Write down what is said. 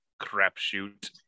crapshoot